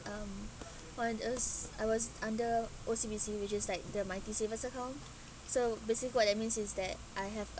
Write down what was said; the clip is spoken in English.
um one is I was under O_C_B_C which is like the mighty savers account so basic~ what I means is that I have a